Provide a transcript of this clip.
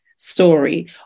story